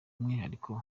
umwihariko